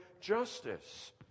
justice